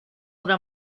obra